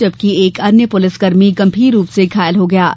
जबकि एक अन्य पुलिसकर्मी गंभीर रूप से घायल है